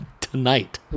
tonight